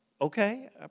okay